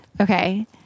Okay